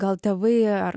gal tėvai ar